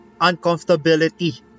uncomfortability